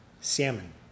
salmon